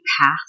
path